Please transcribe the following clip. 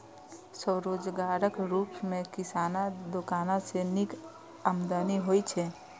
स्वरोजगारक रूप मे किराना दोकान सं नीक आमदनी होइ छै